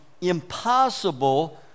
impossible